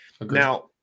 Now